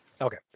Okay